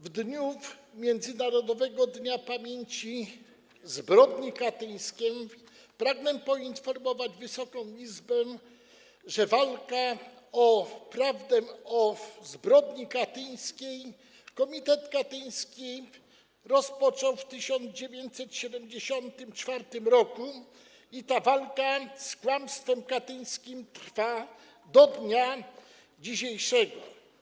W dniu międzynarodowego Dnia Pamięci Ofiar Zbrodni Katyńskiej pragnę poinformować Wysoką Izbę, że walkę o prawdę o zbrodni katyńskiej Komitet Katyński rozpoczął w 1974 r. i ta walka z kłamstwem katyńskim trwa do dnia dzisiejszego.